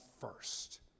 first